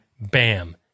bam